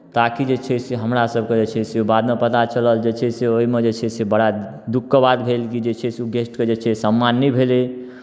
ताकि जे छै से हमरा सभके जे छै से ओ बादमे पता चलल जे छै से ओहिमे जे छै से बड़ा दुखके बात भेल कि जे छै से ओ गेस्टके जे छै से सम्मान नहि भेलै